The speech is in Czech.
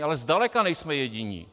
Ale zdaleka nejsme jediní.